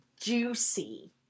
juicy